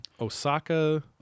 Osaka